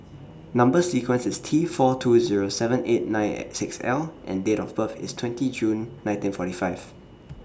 Number sequence IS T four two Zero seven eight nine six L and Date of birth IS twenty June nineteen forty five